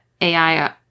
AI